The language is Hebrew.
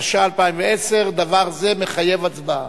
אני אשאיר אותה על הבמה אחרי שהיא תציג את הראשון ואני אמנה את הצבעתה.